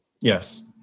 Yes